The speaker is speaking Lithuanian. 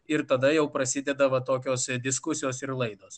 ir tada jau prasideda va tokios diskusijos ir laidos